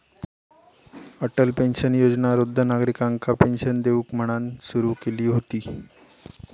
Atal pension योजना वृद्ध नागरिकांका पेंशन देऊक म्हणान सुरू केली हुती